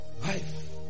life